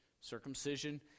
Circumcision